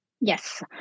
Yes